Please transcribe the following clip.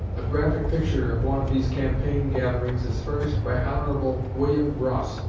a graphic picture of one of these campaign gatherings is furnished by hon. william bross,